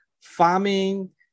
farming